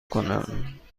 کنم